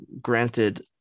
Granted